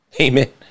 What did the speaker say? Amen